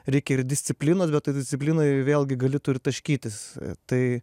reikia ir disciplinos bet toj disciplinoj vėlgi gali tu ir taškytis tai